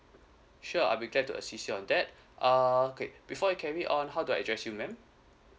sure I'll be glad to assist you on that uh okay before we carry on how do I address you ma'am